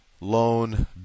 loan